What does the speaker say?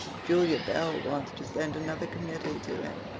julia bell wants to send another committee to him,